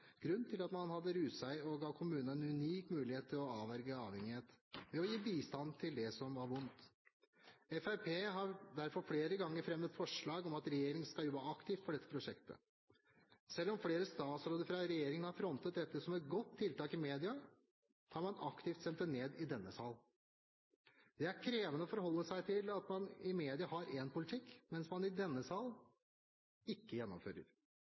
grunn til at man hadde ruset seg, og ga kommunene en unik mulighet til å avverge avhengighet ved å gi bistand til det som var vondt. Fremskrittspartiet har derfor flere ganger fremmet forslag om at regjeringen skal jobbe aktivt for dette prosjektet. Selv om flere statsråder fra regjeringen har frontet dette som et godt tiltak i media, har man aktivt stemt det ned i denne sal. Det er krevende å forholde seg til at man i media har én politikk, mens man i denne sal ikke gjennomfører.